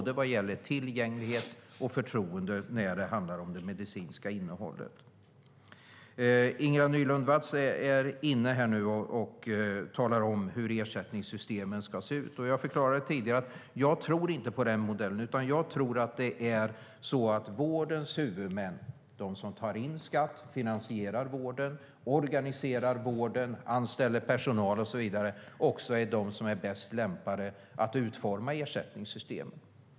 Det gäller både tillgänglighet och förtroende för det medicinska innehållet. Ingela Nylund Watz talar om hur ersättningssystemen ska se ut. Jag förklarade tidigare att jag inte tror på den modellen. Jag tror att vårdens huvudmän, de som tar in skatt, finansierar vården, organiserar vården, anställer personal, också är de som är bäst lämpade att utforma ersättningssystemen.